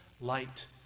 light